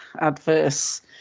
adverse